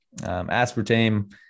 aspartame